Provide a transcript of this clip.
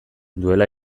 duela